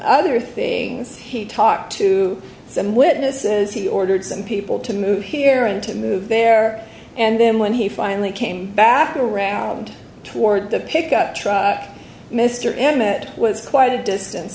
other things he talked to some witnesses he ordered some people to move here and to move there and then when he finally came back around toward the pickup truck mr emmett was quite a distance